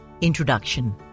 Introduction